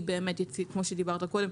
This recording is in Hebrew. כמו שדיברת קודם,